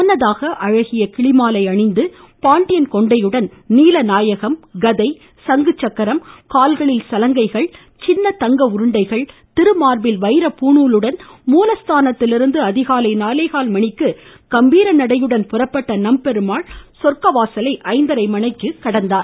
முன்னதாக அழகிய கிளிமாலை அணிந்து பாண்டியன் கொண்டையுடன் ஐந்து நீலநாயகம் கதை சங்குசக்கரம் கால்களில் சலங்கைகள் சின்ன தங்க உருண்டைகள் திருமார்பில் வைரப் பூணூலுடன் மூலஸ்தானத்திலிருந்து அதிகாலை நாலேகால் மணிக்கு கம்பீர நடையுடன் நம்பெருமாள் புறப்பட்டு சொர்க்க வாசலை கடந்தார்